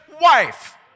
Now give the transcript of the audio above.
wife